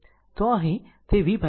તો અહીં તે V 50 છે